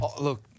Look